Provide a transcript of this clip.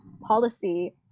policy